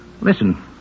Listen